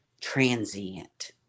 transient